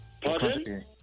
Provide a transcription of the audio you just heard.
Pardon